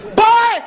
boy